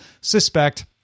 suspect